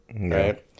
right